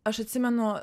aš atsimenu